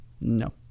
no